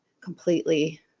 completely